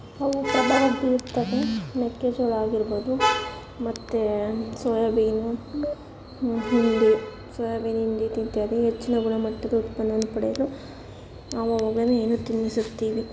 ಅವು ಪ್ರಭಾವ ಬೀರ್ತದೆ ಮೆಕ್ಕೆಜೋಳ ಆಗಿರ್ಬೋದು ಮತ್ತು ಸೋಯಾಬೀನ ಹಿಂಡಿ ಸೋಯಾಬೀನ್ ಹಿಂಡಿ ಇತ್ಯಾದಿ ಹೆಚ್ಚಿನ ಗುಣಮಟ್ಟದ ಉತ್ಪನ್ನವನ್ನು ಪಡೆಯಲು ನಾವು ಅವುಗಳನ್ನು ಏನು ತಿನ್ನಿಸುತ್ತೀವಿ